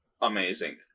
amazing